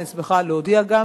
אני שמחה להודיע גם